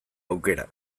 aukera